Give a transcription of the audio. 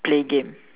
play game